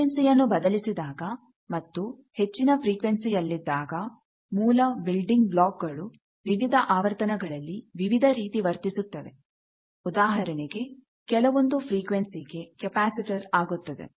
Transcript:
frequency ಯನ್ನು ಬದಲಿಸಿದಾಗ ಮತ್ತು ಹೆಚ್ಚಿನ ಫ್ರಿಕ್ವೆನ್ಸಿಯಲ್ಲಿದ್ದಾಗ ಮೂಲ ಬಿಲ್ಡಿಂಗ್ ಬ್ಲಾಕ್ಗಳು ವಿವಿಧ ಆವರ್ತನಗಳಲ್ಲಿ ವಿವಿಧ ರೀತಿ ವರ್ತಿಸುತ್ತವೆ ಉದಾಹರಣೆಗೆ ಕೆಲವೊಂದು ಫ್ರಿಕ್ವೆನ್ಸಿ ಗೆ ಕ್ಯಾಪಾಸಿಟರ ಆಗುತ್ತದೆ